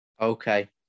Okay